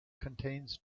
contained